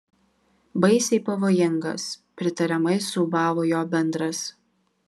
baisiai pavojingas pritariamai suūbavo jo bendras